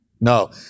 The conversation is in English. No